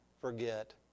forget